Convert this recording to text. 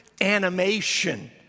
animation